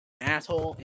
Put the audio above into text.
Asshole